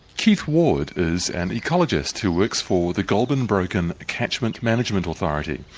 keith ward is an ecologist who works for the goulburn broken catchment management authority.